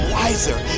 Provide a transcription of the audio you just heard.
wiser